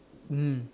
mm